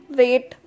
wait